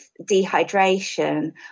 dehydration